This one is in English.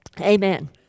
amen